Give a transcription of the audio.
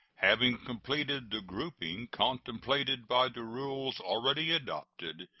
having completed the grouping contemplated by the rules already adopted,